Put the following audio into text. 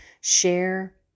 share